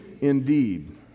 indeed